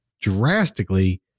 drastically